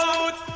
out